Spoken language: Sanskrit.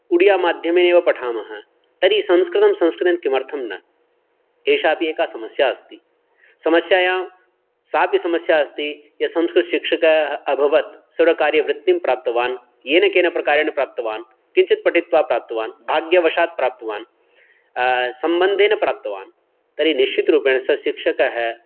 उडियामाध्यमे एव पठामः तर्हि संस्कृतं संस्कृतेन किमर्थं न एषापि एका समस्या अस्ति समस्यायां सापि समस्या अस्ति यत् संस्कृतशिक्षकः अभवत् सर्वकार्यवृत्तिं प्राप्तवान् येन केन प्रकारेण प्राप्तवान् किञ्चित् पठित्वा प्राप्तवान् भाग्यवशात् प्राप्तवान् सम्बन्धेन प्राप्तवान् तर्हि निश्चितरूपेण सः शिक्षकः